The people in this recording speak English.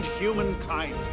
humankind